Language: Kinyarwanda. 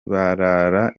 barara